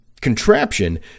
contraption